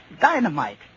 Dynamite